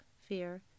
fear